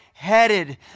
Headed